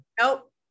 Nope